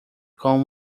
com